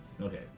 Okay